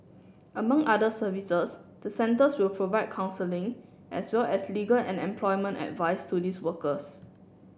among other services the centres will provide counselling as well as legal and employment advice to these workers